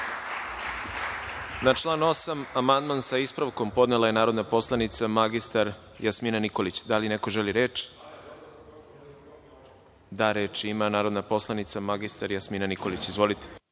član 8. amandman sa ispravkom podnela je narodna poslanica magistar Jasmina Nikolić. Da li neko želi reč? (Da)Reč ima narodna poslanica, magistar Jasmina Nikolić. Izvolite.